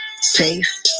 safe